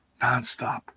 nonstop